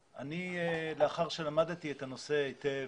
לאחר שלמדתי את הנושא היטב,